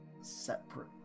separate